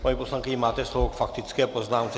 Paní poslankyně, máte slovo k faktické poznámce.